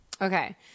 okay